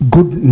Good